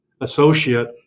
associate